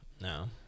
No